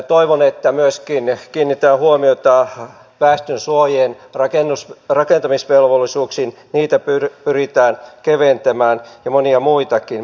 toivon että myöskin kiinnitetään huomiota väestönsuojien rakentamisvelvollisuuksiin niitä pyritään keventämään ja monia muitakin